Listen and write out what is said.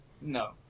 no